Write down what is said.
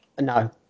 No